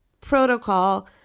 protocol